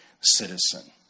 citizen